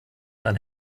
dann